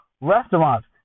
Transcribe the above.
restaurants